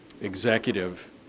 executive